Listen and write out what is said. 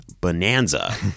bonanza